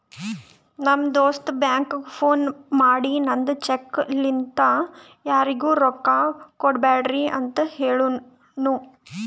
ನಮ್ ದೋಸ್ತ ಬ್ಯಾಂಕ್ಗ ಫೋನ್ ಮಾಡಿ ನಂದ್ ಚೆಕ್ ಲಿಂತಾ ಯಾರಿಗೂ ರೊಕ್ಕಾ ಕೊಡ್ಬ್ಯಾಡ್ರಿ ಅಂತ್ ಹೆಳುನೂ